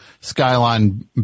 Skyline